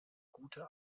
gute